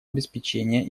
обеспечения